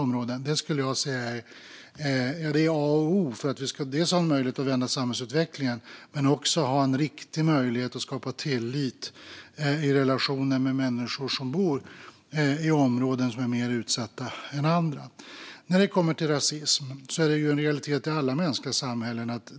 Det skulle jag säga är A och O för att vi ska ha möjlighet att vända samhällsutvecklingen men också skapa tillit i relationen med människor som bor i områden som är mer utsatta än andra. Att det förekommer rasism är en realitet i alla mänskliga samhällen.